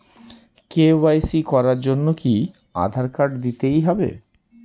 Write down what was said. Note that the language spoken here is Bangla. কে.ওয়াই.সি করার জন্য কি আধার কার্ড দিতেই হবে?